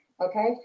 Okay